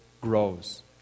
grows